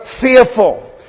fearful